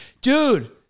Dude